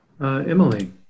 Emily